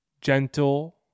gentle